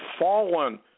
fallen